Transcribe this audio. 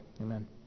Amen